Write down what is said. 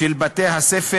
ובתי-הספר